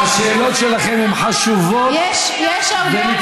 השאלות שלכם הן חשובות ומתמשכות,